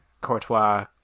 Courtois